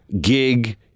gig